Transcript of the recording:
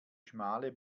schmale